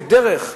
כדרך,